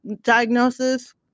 diagnosis